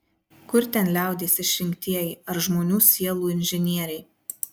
kur ten liaudies išrinktieji ar žmonių sielų inžinieriai